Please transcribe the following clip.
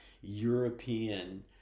European